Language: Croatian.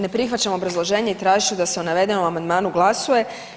Ne prihvaćam obrazloženje i tražit ću da se o navedenom amandmanu glasuje.